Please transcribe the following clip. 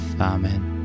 Amen